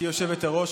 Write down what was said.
היושבת-ראש.